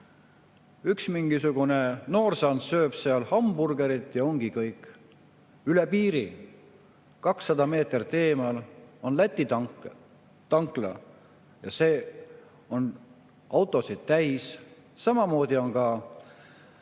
üks mingisugune noorsand sööb seal hamburgerit ja ongi kõik. Üle piiri, 200 meetrit eemal on Läti tankla ja see on autosid täis, samamoodi on sinna